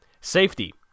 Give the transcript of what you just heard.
Safety